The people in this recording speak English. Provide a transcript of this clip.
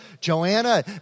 Joanna